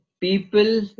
people